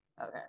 Okay